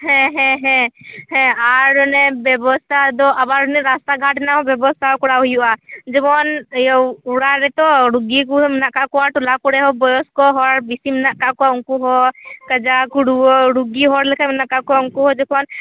ᱦᱮᱸ ᱦᱮᱸ ᱦᱮᱸ ᱦᱮᱸ ᱟᱨ ᱚᱱᱮ ᱵᱮᱵᱚᱥᱛᱟ ᱫᱚ ᱟᱵᱟᱨ ᱨᱟᱥᱛᱟ ᱜᱷᱟᱴ ᱨᱮᱱᱟᱜ ᱦᱚ ᱵᱮᱵᱚᱥᱛᱟ ᱠᱚᱨᱟᱣ ᱦᱩᱭᱩᱜᱼᱟ ᱡᱮᱢᱚᱱ ᱤᱭᱟᱹ ᱚᱨᱟ ᱨᱮᱛᱚ ᱨᱩᱜᱤᱠᱚ ᱢᱮᱱᱟᱜ ᱟᱠᱟᱫ ᱠᱚᱣᱟ ᱛᱚ ᱚᱱᱟ ᱠᱚᱨᱮᱦᱚ ᱵᱟᱹᱭᱚᱥᱚ ᱦᱚᱲ ᱵᱮᱥᱤ ᱢᱮᱱᱟᱜ ᱟᱠᱟᱫ ᱠᱚᱣᱟ ᱩᱱᱠᱩ ᱦᱚ ᱠᱟᱡᱟᱠ ᱨᱩᱣᱟᱹ ᱨᱩᱜᱤ ᱦᱚᱲ ᱞᱮᱠᱟ ᱢᱮᱱᱟᱜ ᱠᱟᱜ ᱠᱚᱭᱟ ᱩᱱᱠᱩ ᱦᱚᱸ ᱡᱚᱠᱷᱚᱱ